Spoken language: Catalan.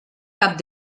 cap